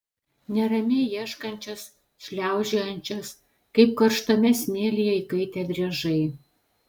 neramiai ieškančias šliaužiojančias kaip karštame smėlyje įkaitę driežai